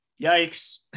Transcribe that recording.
yikes